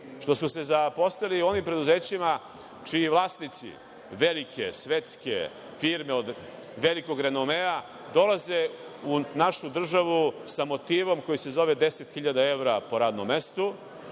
što su se zaposlili u onim preduzećima čiji su vlasnici velike svetske firme, od velikog renomea dolaze u našu državu sa motivom koji se zove 10.000 evra po radnom mestu.